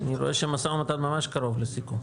אני רואה שהמשא ומתן ממש קרוב לסיכום,